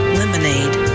lemonade